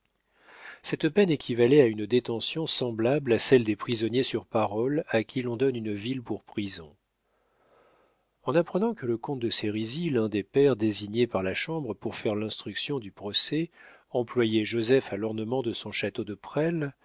cette peine équivalait à une détention semblable à celle des prisonniers sur parole à qui l'on donne une ville pour prison en apprenant que le comte de sérizy l'un des pairs désignés par la chambre pour faire l'instruction du procès employait joseph à l'ornement de son château de presles